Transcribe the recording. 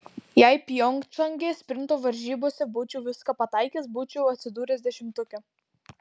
jei pjongčange sprinto varžybose būčiau viską pataikęs būčiau atsidūręs dešimtuke